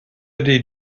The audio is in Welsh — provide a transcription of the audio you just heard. ydy